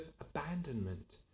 abandonment